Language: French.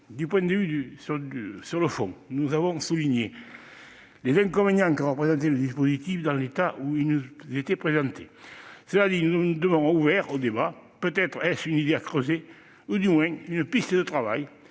du scrutin. Sur le fond, nous avons souligné les inconvénients que représentait le dispositif dans l'état où il nous était présenté. Cela dit, nous demeurons ouverts au débat : c'est peut-être une idée à creuser ou du moins une piste de travail